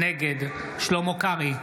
נגד שלמה קרעי,